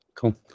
Cool